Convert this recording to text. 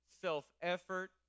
self-effort